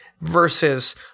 versus